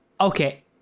Okay